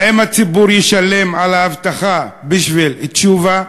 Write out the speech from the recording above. האם הציבור ישלם על האבטחה בשביל תשובה?